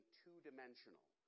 two-dimensional